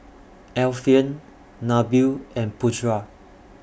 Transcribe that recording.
Alfian Nabil and Putra